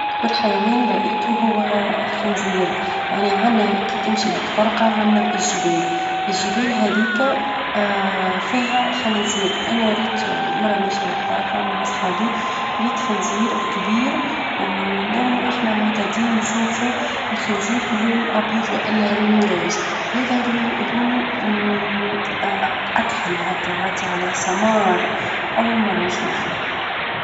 أكبر حيوان لاقيته هو الخنزير. يعني عنا كي تمشي لتبرقة عنا الجبال، الجبال هاذيك فيها خنازير، أنا ريت مرة ماشية لتبرقة مع أصحابي، ريت خنزير كبير، ولونو إحنا معتادين نشوفو، الخنزير لونو أبيض والا لونو روز هذا -لون- لونه أكحل هكا عاتي على سمار أول مرة نشوفو.